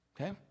Okay